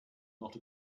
not